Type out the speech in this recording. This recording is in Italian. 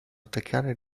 attaccare